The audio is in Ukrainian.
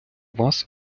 вас